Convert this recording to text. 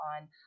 on